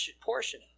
portion